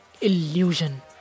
illusion